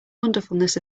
wonderfulness